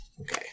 Okay